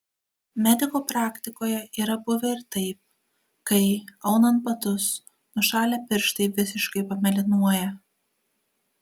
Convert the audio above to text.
mediko praktikoje yra buvę ir taip kai aunant batus nušalę pirštai visiškai pamėlynuoja